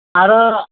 आरो